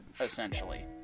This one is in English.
essentially